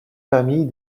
famille